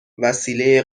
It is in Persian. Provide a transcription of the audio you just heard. وسیله